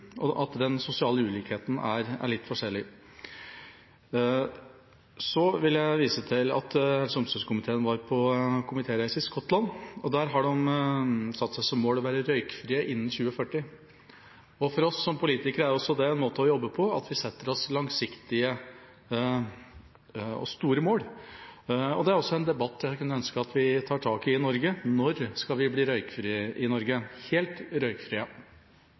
at den sosiale ulikheten er litt forskjellig. Så vil jeg vise til at helse- og omsorgskomiteen var på komitéreise i Skottland. Der har de satt seg som mål å være røykfrie innen 2040. For oss som politikere er også det en måte å jobbe på at vi setter oss langsiktige og store mål. Det er også en debatt jeg kunne ønske at vi tok tak i i Norge: Når skal vi bli røykfrie i Norge – helt røykfrie?